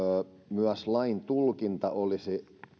myös lain tulkinta olisi